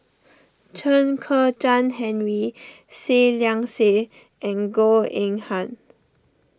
Chen Kezhan Henri Seah Liang Seah and Goh Eng Han